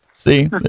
See